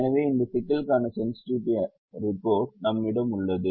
எனவே இந்த சிக்கலுக்கான சென்ஸ்ட்டிவிட்டி அறிக்கை நம்மிடம் உள்ளது